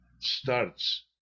starts